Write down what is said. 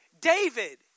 David